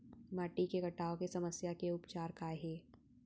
माटी के कटाव के समस्या के उपचार काय हे?